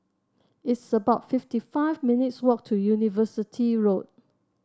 it's about fifty five minutes' walk to University Road